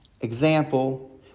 example